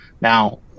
Now